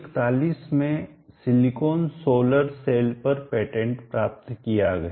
1941 में silicon solar cell पर patent प्राप्त किया गया